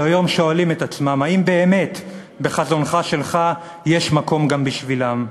שהיום שואלים את עצמם האם באמת בחזונך שלך יש מקום גם בשבילם.